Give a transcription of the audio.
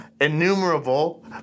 innumerable